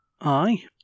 Aye